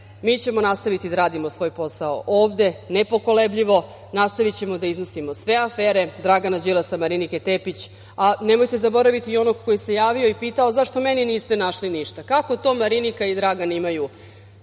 mi ćemo nastaviti da radimo svoj posao ovde, nepokolebljivo. Nastavićemo da iznosimo sve afere Dragana Đilasa, Marinike Tepić, ali nemojte zaboraviti i onoga koji se javio i pitao – zašto meni niste našli ništa, kako to Marinika i Dragan imaju